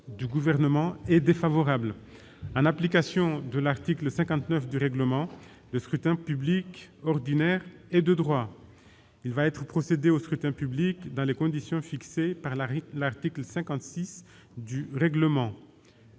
du Gouvernement est défavorable. En application de l'article 59 du règlement, le scrutin public ordinaire est de droit. Il va y être procédé dans les conditions fixées par l'article 56 du règlement.